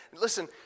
Listen